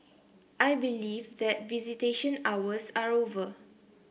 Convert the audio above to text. I believe that visitation hours are over